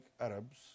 Arabs